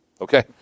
Okay